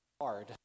hard